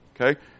Okay